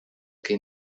que